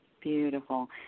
Beautiful